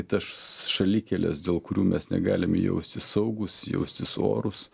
tas šalikeles dėl kurių mes negalim jaustis saugūs jaustis orūs